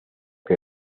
que